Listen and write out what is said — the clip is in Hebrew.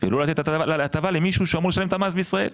ולא לתת הטבה למישהו שאמור לשלם את המס בישראל.